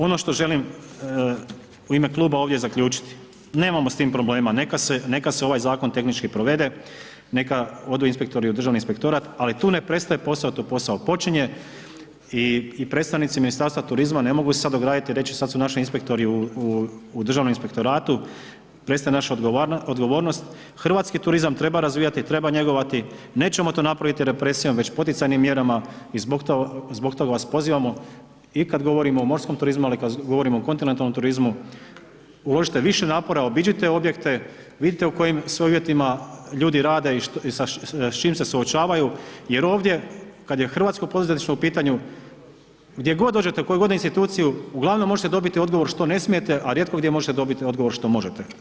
Ono što želim u ime kluba ovdje zaključiti nemamo s tim problema neka se, neka se ovaj zakon tehnički provede, neka odu inspektori u Državni inspektorat, ali tu ne prestaje posao, tu posao počinje i predstavnici Ministarstva turizma ne mogu se sad ograditi i reći sad su naši inspektori u Državnom inspektoratu, prestaje naša odgovornost, hrvatski turizam treba razvijati, treba njegovati, nećemo to napraviti represijom već poticajnim mjerama i zbog toga vas pozivamo i kad govorimo o morskom turizmu, ali i kad govorimo o kontinentalnom turizmu uložite više napora obiđite objekte, vidite u kojim sve uvjetima ljudi rade i s čim se suočavaju jer ovdje kad je hrvatsko poduzetništvo u pitanju gdje god dođete u koju god instituciju uglavnom možete dobiti odgovor što ne smijete, a rijetko gdje možete dobiti odgovor što možete.